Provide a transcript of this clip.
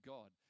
God